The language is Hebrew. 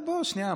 שנייה,